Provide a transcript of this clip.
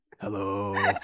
Hello